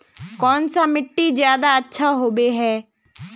कौन सा मिट्टी ज्यादा अच्छा होबे है?